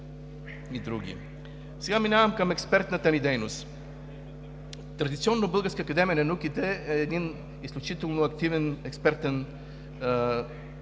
Традиционно Българската академия на науките е един изключително активен експертен